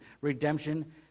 Redemption